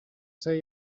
say